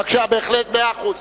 בבקשה, בהחלט, מאה אחוז.